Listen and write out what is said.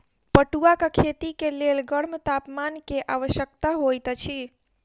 पटुआक खेती के लेल गर्म तापमान के आवश्यकता होइत अछि